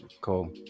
Cool